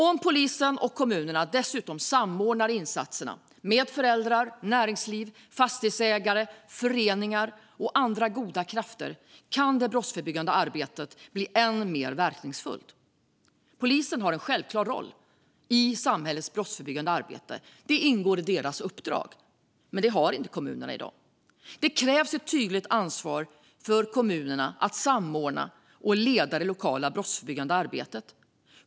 Om polisen och kommunerna dessutom samordnar insatserna med föräldrar, näringsliv, fastighetsägare, föreningar och andra goda krafter kan det brottsförebyggande arbetet bli än mer verkningsfullt. Polisen har en självklar roll i samhällets brottsförebyggande arbete - det ingår i deras uppdrag - men det har inte kommunerna i dag. Det krävs ett tydligt ansvar för kommunerna att samordna och leda det lokala brottsförebyggande arbetet.